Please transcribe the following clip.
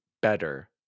better